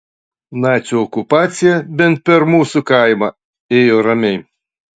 nacių okupacija bent per mūsų kaimą ėjo ramiai